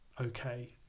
okay